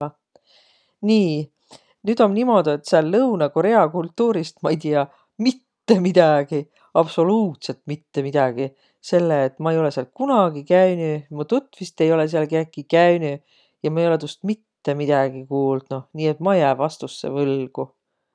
Nii, nüüd om niimoodu, et sääl Lõunõ-Korea kultuurist ma ei tiiäq mitte midägi, absoluutsõlt mitte midägi, selle et ma olõ-õi sääl kunagi käünüq, mu tutvist olõ-õi sääl kedägi käünüq ja ma olõ-õi tuust mitte midägi luuldnuq. Nii et ma jää vastussõ võlgu.